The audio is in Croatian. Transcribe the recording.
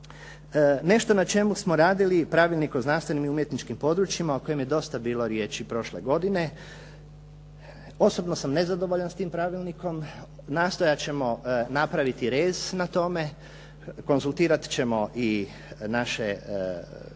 Nešto na čemu smo radili i Pravilnik o znanstvenim i umjetničkim područjima o kojima je dosta bilo riječi prošle godine. Osobno sam nezadovoljan s tim pravilnikom. Nastojat ćemo napraviti rez na tome. Konzultirat ćemo i naše kolege